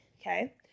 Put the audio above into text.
Okay